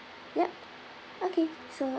yup okay so